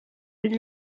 une